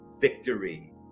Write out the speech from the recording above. victory